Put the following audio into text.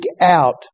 out